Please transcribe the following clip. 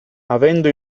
avendo